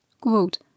Quote